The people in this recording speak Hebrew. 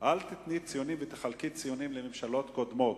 אל תיתני ציונים ותחלקי ציונים לממשלות קודמות,